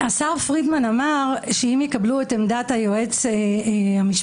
השר פרידמן אמר שאם יקבלו את עמדת היועץ המשפטי,